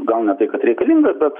gal ne tai kad reikalinga bet